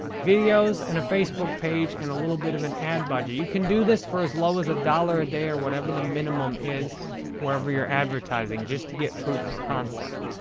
videos and a facebook page and a little bit of an ad budget. you can do this for as low as one dollars a day or whatever the minimum is wherever you're advertising, just to get proof of concept.